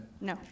No